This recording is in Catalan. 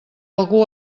algú